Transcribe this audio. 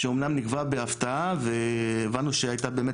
שאמנם נקבע בהפתעה והבנו שהייתה באמת